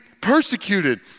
persecuted